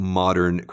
modern